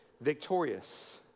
victorious